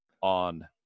on